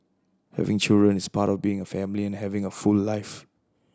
having children is part of being a family and having a full life